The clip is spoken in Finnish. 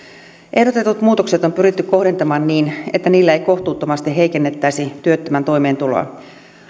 ehdotetut muutokset on pyritty kohdentamaan niin että niillä ei kohtuuttomasti heikennettäisi työttömän toimeentuloa